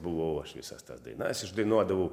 buvau aš visas tas dainas išdainuodavau